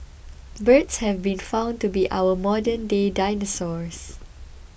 birds have been found to be our modernday dinosaurs